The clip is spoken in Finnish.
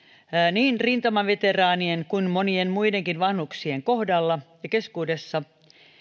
niin rintamaveteraanien kuin monien muidenkin vanhuksien kohdalla ja keskuudessa